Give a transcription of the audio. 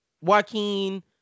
Joaquin